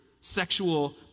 sexual